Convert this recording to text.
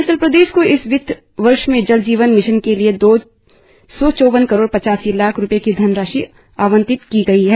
अरुणाचल प्रदेश को इस वित्त वर्ष में जल जीवन मिशन के लिए दो सौ चौवन करोड़ पच्चासी लाख रुपए की धनराशि आवंटित की गई है